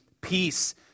Peace